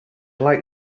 like